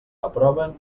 aproven